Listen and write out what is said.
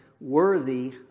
worthy